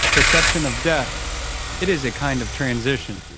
perception of death it is a kind of transition,